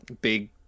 big